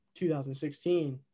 2016